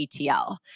ETL